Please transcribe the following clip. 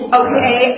okay